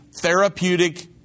therapeutic